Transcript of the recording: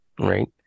Right